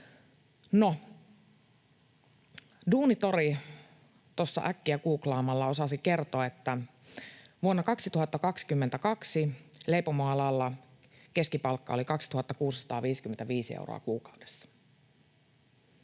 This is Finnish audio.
Duunitori tuossa äkkiä googlaamalla osasi kertoa, että vuonna 2022 leipomoalalla keskipalkka oli 2 655 euroa kuukaudessa.